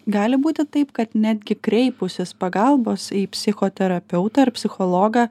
gali būti taip kad netgi kreipusis pagalbos į psichoterapeutą ar psichologą